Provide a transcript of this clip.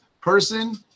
person